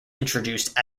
introduced